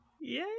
Yay